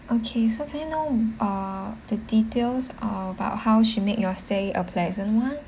okay so can I know uh the details about how she make your stay a pleasant one